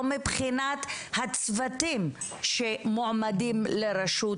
לא מבחינת הצוותים שעומדים לרשות